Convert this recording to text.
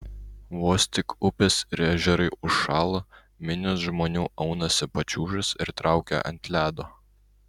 vos tik upės ir ežerai užšąla minios žmonių aunasi pačiūžas ir traukia ant ledo